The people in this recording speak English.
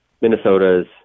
Minnesota's